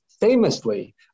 famously